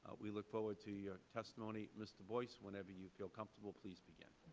we look forward to your testimony, mr. boyce. whenever you feel comfortable, please begin.